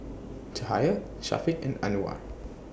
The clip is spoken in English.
Cahaya Syafiq and Anuar